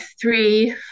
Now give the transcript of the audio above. three